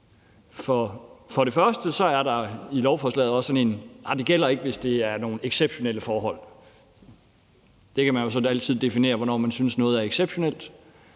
For det første er der i lovforslaget sådan en bestemmelse om, at det ikke gælder, hvis det er nogle exceptionelle forhold. Man kan jo altid definere, hvornår man synes noget er exceptionelt.